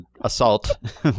assault